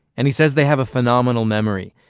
and he says they have a phenomenal memory.